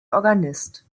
organist